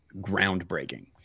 groundbreaking